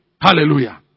Hallelujah